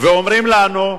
ואומרים לנו: